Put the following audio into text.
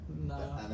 No